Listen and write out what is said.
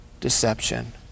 deception